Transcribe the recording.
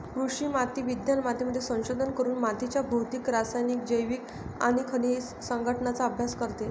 कृषी माती विज्ञान मातीमध्ये संशोधन करून मातीच्या भौतिक, रासायनिक, जैविक आणि खनिज संघटनाचा अभ्यास करते